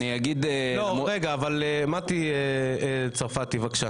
מטי צרפתי, בבקשה.